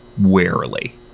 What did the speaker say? warily